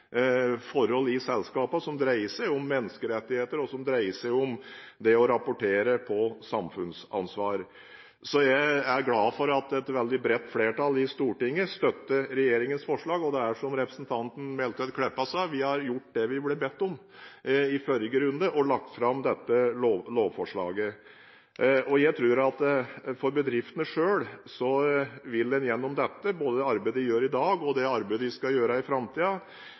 forhold som dreier seg om menneskerettigheter, og som dreier seg om det å rapportere om samfunnsansvar. Jeg er glad for at et veldig bredt flertall i Stortinget støtter regjeringens forslag. Som representanten Meltveit Kleppa sa: Vi har gjort det vi ble bedt om i forrige runde, og lagt fram dette lovforslaget. Jeg tror at for bedriftene selv er det viktig at vi gjennom både det arbeidet vi gjør i dag, og det arbeidet vi skal gjøre i